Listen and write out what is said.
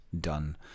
done